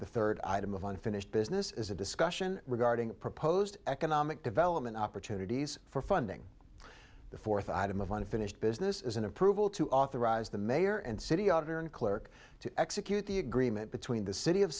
the third item of unfinished business is a discussion regarding the proposed economic development opportunities for funding the fourth item of unfinished business is an approval to authorize the mayor and city auditor and clerk to execute the agreement between the city of